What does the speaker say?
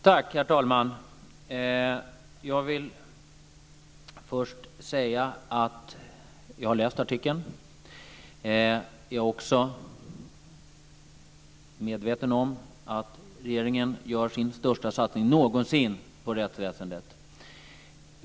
Herr talman! Jag vill först säga att jag har läst artikeln. Jag är också medveten om att regeringen gör sin största satsning någonsin på rättsväsendet.